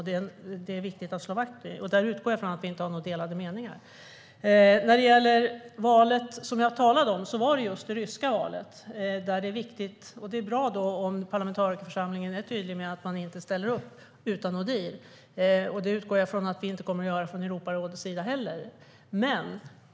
Det är viktigt att slå vakt om den, och jag utgår från att vi inte har delade meningar om det. Det var just det ryska valet jag talade om. Det är bra om den parlamentariska församlingen är tydlig med att man inte ställer upp utan Odihr. Jag utgår från att Europarådet inte kommer att göra det heller.